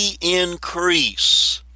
increase